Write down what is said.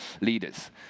leaders